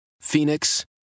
Phoenix